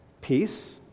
Peace